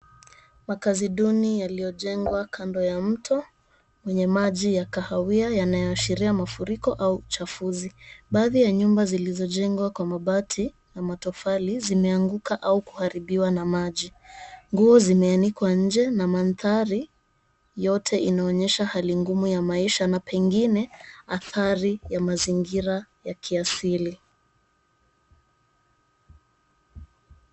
Makazi duni yaliyojengwa kando ya mto wenye maji ya kahawia yanayoashiria mafuriko au uchafuzi. Baadhi ya nyumba zilizojengwa kwa mabati na matofali zimeanguka au kuharibiwa na maji. Nguo zimeanikwa nje na mandhari yote inaonyesha hali ngumu ya maisha na pengine athari ya mazingira ya kiasili.